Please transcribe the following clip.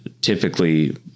typically